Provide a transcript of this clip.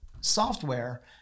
software